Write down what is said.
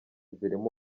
zirimo